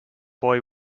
boy